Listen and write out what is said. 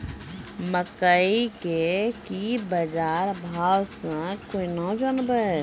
मकई के की बाजार भाव से केना जानवे?